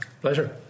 Pleasure